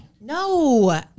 No